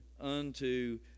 unto